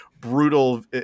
brutal